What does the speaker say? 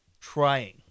trying